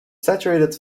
saturated